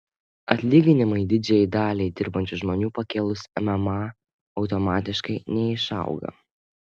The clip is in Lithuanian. atlyginimai didžiajai daliai dirbančių žmonių pakėlus mma automatiškai neišauga